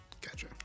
Gotcha